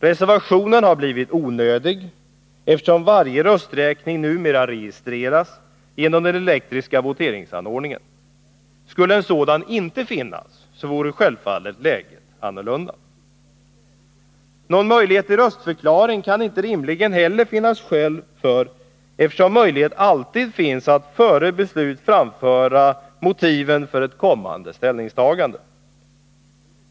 Reservationen har blivit onödig, eftersom varje rösträkning numera registreras genom den elektriska voteringsanordningen. Skulle en sådan inte finnas, vore självfallet läget annorlunda. Någon möjlighet till röstförklaring kan det inte rimligen finnas skäl för, eftersom möjlighet alltid finns att före beslut framföra motiven för ett kommande ställningstagande.